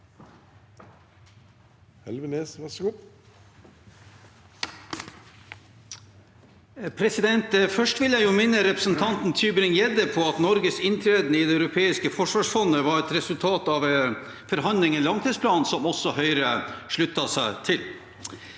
Først vil jeg minne representanten Tybring-Gjedde på at Norges inntreden i Det europeiske forsvarsfondet var et resultat av forhandlinger, en langtidsplan som også Høyre sluttet seg til.